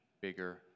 bigger